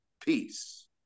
peace